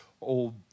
old